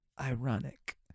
ironic